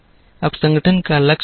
अब संगठन का लक्ष्य क्या है